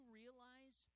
realize